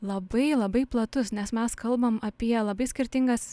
labai labai platus nes mes kalbam apie labai skirtingas